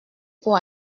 pour